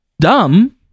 dumb